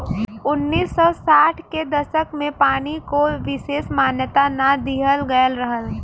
उन्नीस सौ साठ के दसक में पानी को विसेस मान्यता ना दिहल गयल रहल